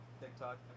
TikTok